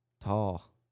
Tall